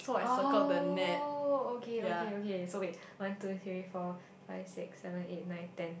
oh okay okay okay so wait one two three four five six seven eight nine ten